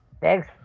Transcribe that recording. Thanks